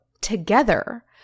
together